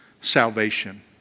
salvation